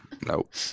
nope